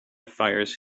fires